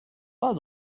pas